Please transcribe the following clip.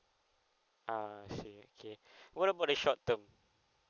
I see okay what about the short term